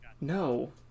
No